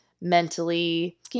mentally